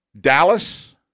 Dallas